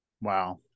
Wow